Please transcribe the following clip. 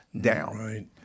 down